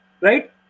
right